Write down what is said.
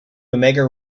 omega